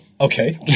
okay